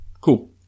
Cool